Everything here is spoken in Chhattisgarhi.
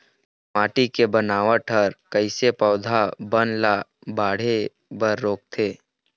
माटी के बनावट हर कइसे पौधा बन ला बाढ़े बर रोकथे?